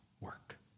work